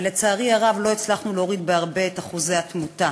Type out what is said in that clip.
אבל לצערי הרב לא הצלחנו להוריד בהרבה את אחוזי התמותה